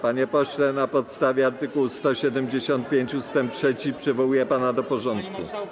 Panie pośle, na podstawie art. 175 ust. 3 przywołuję pana do porządku.